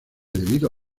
debido